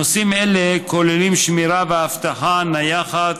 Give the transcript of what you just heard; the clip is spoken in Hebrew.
נושאים אלה כוללים שמירה ואבטחה נייחת